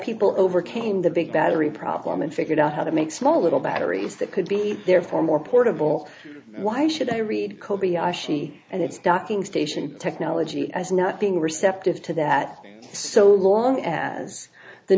people overcame the big battery problem and figured out how to make small little batteries that could be therefore more portable why should i read kobayashi and its docking station technology as not being receptive to that so long as the